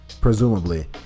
presumably